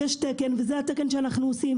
יש תקן וזה התקן שאנחנו עושים.